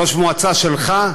ראש מועצה שלך,